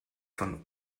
von